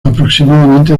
aproximadamente